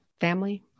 family